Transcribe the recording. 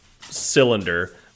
cylinder